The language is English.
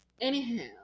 Anyhow